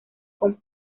con